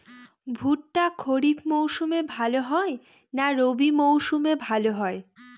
ভুট্টা খরিফ মৌসুমে ভাল হয় না রবি মৌসুমে ভাল হয়?